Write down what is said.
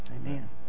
Amen